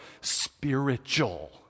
spiritual